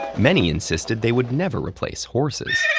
many insisted they would never replace horses.